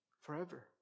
Forever